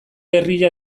herria